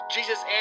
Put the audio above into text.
Jesus